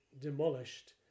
demolished